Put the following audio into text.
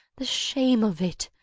the shame of it.